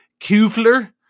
Kufler